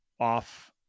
off